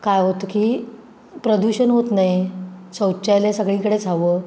काय होत की प्रदूषण होत नाही शौचालय सगळीकडेच हवं